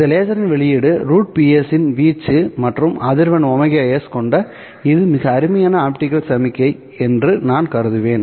இந்த லேசரின் வெளியீடு √PS இன் வீச்சு மற்றும் அதிர்வெண் ωs கொண்ட இது மிக அருமையான ஆப்டிகல் சமிக்ஞை என்று நான் கருதுவேன்